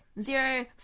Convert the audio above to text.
Zero